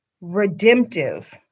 redemptive